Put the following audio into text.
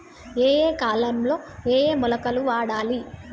ఏయే కాలంలో ఏయే మొలకలు వాడాలి?